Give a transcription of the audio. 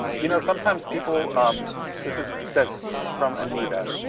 you know, sometimes people um this is says from anita,